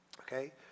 okay